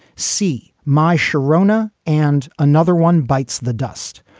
c my sharona and another one bites the dust.